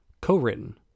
co-written